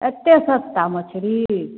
एते सस्ता मछली